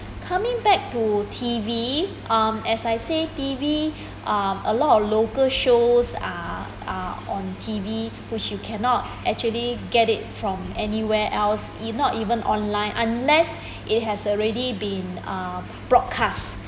coming back to T_V um as I said T_V um a lot of local shows are are on T_V which you cannot actually get it from anywhere else it not even online unless it has already been uh broadcast